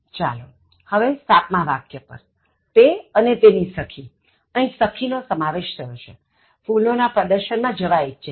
ચાલોહવે સાતમા વાક્ય પર તે અને તેની સખી અહીં સખી નો સમાવેશ થયો છે ફુલો ના પ્રદર્શનમાં જવા ઇચ્છે છે